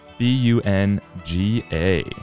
B-U-N-G-A